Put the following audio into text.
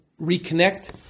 reconnect